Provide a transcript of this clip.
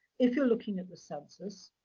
if you're looking at the census,